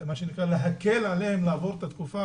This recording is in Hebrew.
להקל עליהן לעבור את התקופה.